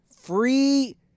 Free